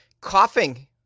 coughing